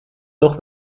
toch